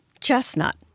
chestnut